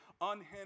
unhindered